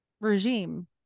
regime